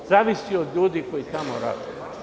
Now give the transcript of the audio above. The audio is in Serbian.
To zavisi od ljudi koji tamo rade.